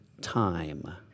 time